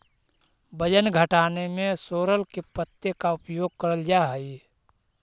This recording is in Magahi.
वजन घटाने में सोरल के पत्ते का उपयोग करल जा हई?